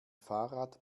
fahrrad